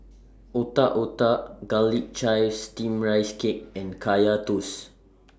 Otak Otak Garlic Chives Steamed Rice Cake and Kaya Toast